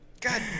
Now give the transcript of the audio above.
God